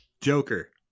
Joker